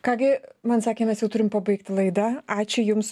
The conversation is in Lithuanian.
ką gi man sakė mes jau turime pabaigti laida ačiū jums